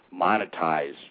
monetize